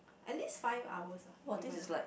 at least five hours ah